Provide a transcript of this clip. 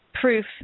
proof